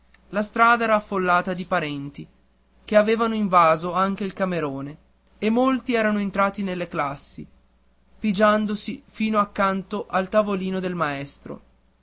la strada era affollata di parenti che avevano invaso anche il camerone e molti erano entrati nelle classi pigiandosi fino accanto al tavolino del maestro